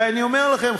ואני אומר לכם,